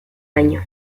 año